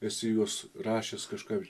esi juos rašęs kažkam